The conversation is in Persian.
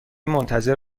منتظر